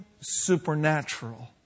supernatural